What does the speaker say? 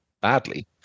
badly